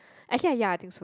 actually yeah I think so